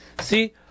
See